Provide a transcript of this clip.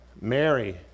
Mary